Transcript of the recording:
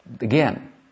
Again